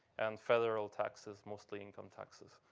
and federal taxes, mostly income taxes.